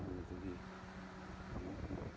ꯃꯐꯝꯗꯨꯗꯒꯤ ꯑꯃꯨꯛ